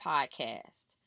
Podcast